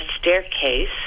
staircase